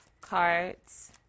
cards